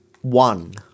one